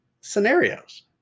scenarios